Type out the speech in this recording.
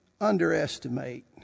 underestimate